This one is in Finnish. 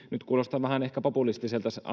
nyt kuulostan ehkä vähän populistiselta